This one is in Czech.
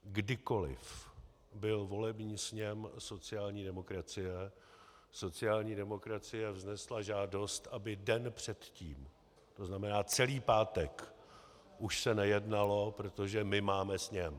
Kdykoliv byl volební sněm sociální demokracie, sociální demokracie vznesla žádost, aby den předtím, tzn. celý pátek, už se nejednalo, protože my máme sněm.